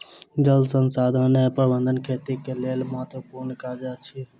जल संसाधन प्रबंधन खेतीक लेल महत्त्वपूर्ण काज अछि